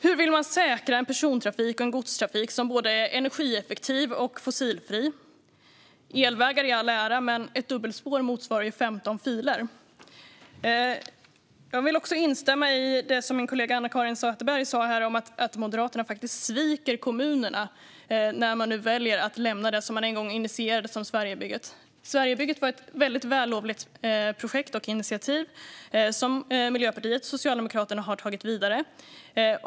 Hur vill man säkra en godstrafik och en persontrafik som är både energieffektiv och fossilfri? Elvägar i all ära, men ett dubbelspår motsvarar 15 filer. Jag vill också instämma i det som min kollega Anna-Caren Sätherberg sa om att Moderaterna faktiskt sviker kommunerna när de väljer att nu lämna det som man en gång initierade som Sverigebygget. Sverigebygget var ett väldigt vällovligt projekt och initiativ som Miljöpartiet och Socialdemokraterna har fört vidare.